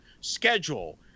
schedule